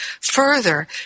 Further